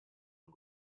and